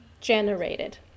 generated